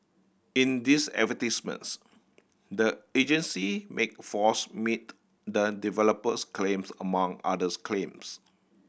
in these advertisements the agency make false meet the developers claims among others claims